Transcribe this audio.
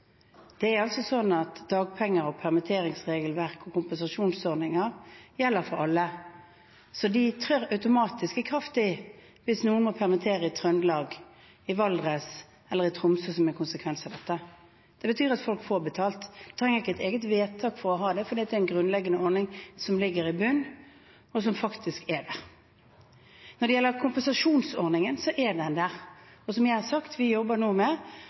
Det er altså slik at dagpenger og permitteringsregelverk og kompensasjonsordninger gjelder for alle, så de trer automatisk i kraft hvis noen må permittere i Trøndelag, i Valdres eller i Tromsø som en konsekvens av dette. Det betyr at folk får betalt. Man trenger ikke et eget vedtak for å ha det, fordi det er en grunnleggende ordning som ligger i bunn, og som faktisk er der. Når det gjelder kompensasjonsordningen, er den der. Som jeg har sagt, jobber vi nå med